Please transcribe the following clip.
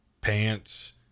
pants